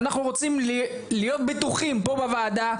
ואנחנו רוצים להיות בטוחים פה בוועדה,